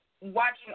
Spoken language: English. Watching